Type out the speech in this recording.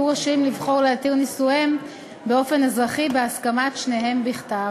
הם יהיו רשאים לבחור להתיר נישואיהם באופן אזרחי בהסכמת שניהם בכתב.